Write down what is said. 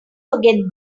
forget